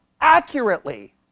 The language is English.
accurately